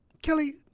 Kelly